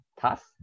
task